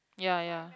ya ya